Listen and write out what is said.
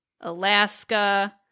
Alaska